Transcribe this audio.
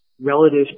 relative